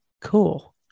cool